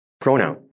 pronoun